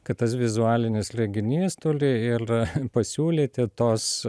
kad tas vizualinis leginys tuli il pasiūlyti tos